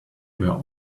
were